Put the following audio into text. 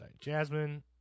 Jasmine